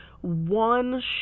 One